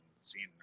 seen